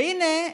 והינה,